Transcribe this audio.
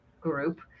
group